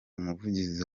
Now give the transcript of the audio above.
umuvugizi